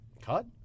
cut